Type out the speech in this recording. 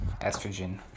estrogen